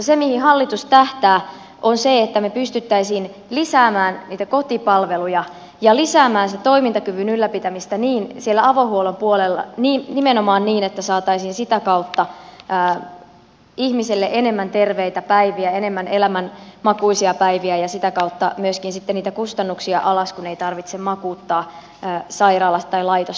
se mihin hallitus tähtää on se että me pystyisimme lisäämään kotipalveluja ja lisäämään toimintakyvyn ylläpitämistä siellä avohuollon puolella nimenomaan niin että saataisiin sitä kautta ihmisille enemmän terveitä päiviä enemmän elämänmakuisia päiviä ja sitä kautta myöskin sitten niitä kustannuksia alas kun ei tarvitse makuuttaa sairaalassa tai laitossängyssä